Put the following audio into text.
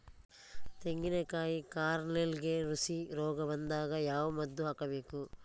ತೆಂಗಿನ ಕಾಯಿ ಕಾರ್ನೆಲ್ಗೆ ನುಸಿ ರೋಗ ಬಂದಾಗ ಯಾವ ಮದ್ದು ಹಾಕಬೇಕು?